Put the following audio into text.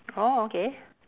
orh okay